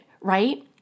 right